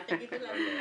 אל תגידו לנו ועדה.